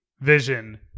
vision